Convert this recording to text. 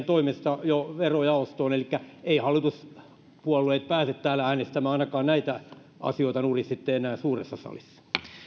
toimesta jo verojaostoon elikkä eivät hallituspuolueet pääse täällä äänestämään ainakaan näitä asioita nurin sitten enää suuressa salissa